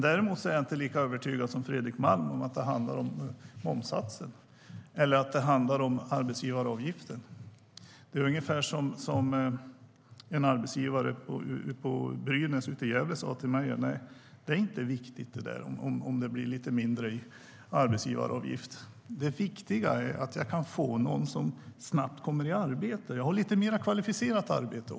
Däremot är jag inte lika övertygad som Fredrik Malm om att det handlar om momssatser eller arbetsgivaravgifter. En arbetsgivare på Brynäs i Gävle sa till mig: Det är inte viktigt om det blir lite mindre i arbetsgivaravgift. Det viktiga är att jag kan få någon som snabbt kommer i arbete. Jag har också lite mer kvalificerat arbete.